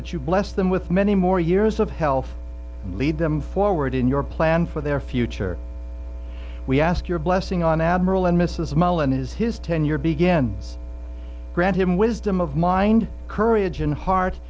that you bless them with many more years of health and lead them forward in your plan for their future we ask your blessing on admiral and mrs mullen is his tenure begins grant him wisdom of mind courage and heart